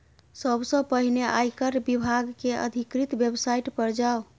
सबसं पहिने आयकर विभाग के अधिकृत वेबसाइट पर जाउ